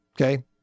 Okay